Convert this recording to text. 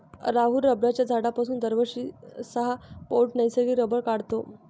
राहुल रबराच्या झाडापासून दरवर्षी सहा पौंड नैसर्गिक रबर काढतो